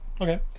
Okay